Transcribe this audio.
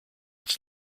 its